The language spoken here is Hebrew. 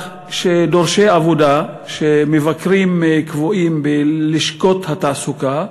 שדורשי עבודה מבקרים קבועים בלשכות התעסוקה,